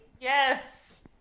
Yes